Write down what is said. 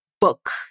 book